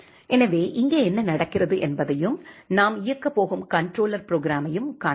எனவே இங்கே என்ன நடக்கப் போகிறது என்பதையும் நாம் இயக்கப் போகும் கண்ட்ரோலர் ப்ரோக்ராம்மையும் காணலாம்